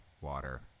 water